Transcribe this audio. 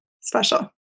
special